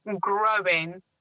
growing